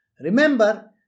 Remember